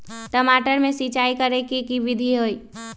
टमाटर में सिचाई करे के की विधि हई?